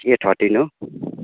के थर्टिन हो